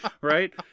Right